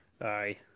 aye